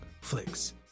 flicks